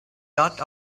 dot